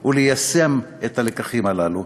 וליישום הלקחים הללו,